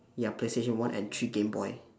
ya playstation one and three game boy